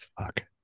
Fuck